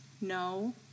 No